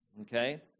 Okay